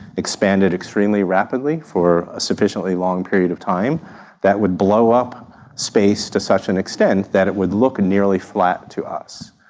expanded extremely rapidly for a sufficiently long period of time that would blow up space to such an extent that it would look nearly flat to us.